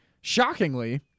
shockingly